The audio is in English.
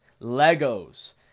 legos